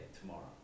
tomorrow